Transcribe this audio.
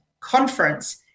conference